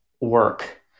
work